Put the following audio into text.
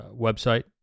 website